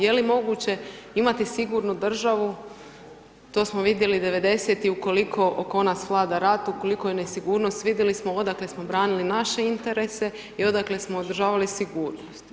Je li moguće imati sigurnu državu, to smo vidjeli '90.-tih, ukoliko ona svlada rat, ukoliko je nesigurnost, vidjeli smo odakle smo branili naše interese i odakle smo održavali sigurnost.